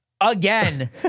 again